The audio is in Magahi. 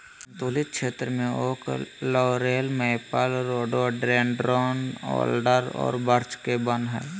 सन्तुलित क्षेत्र में oak, laurel, maple, rhododendron, alder और बर्च के वन हइ